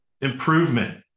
Improvement